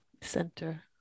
center